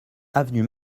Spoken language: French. avenue